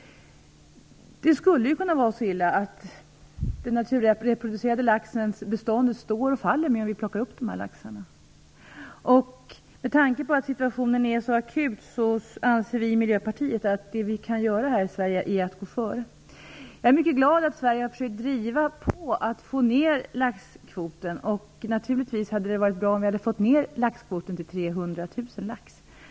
Det skulle kunna vara så illa att den naturreproducerande laxens bestånd står och faller med om vi plockar upp de laxarna. Med tanke på att situationen är så akut anser vi i Miljöpartiet att det Sverige kan göra är att gå före. Jag är mycket glad att Sverige har försökt driva på att få ner laxkvoten. Naturligtvis hade det varit bra om vi fått ner laxkvoten till 300 000 laxar.